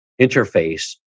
interface